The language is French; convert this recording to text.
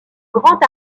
grand